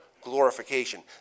glorification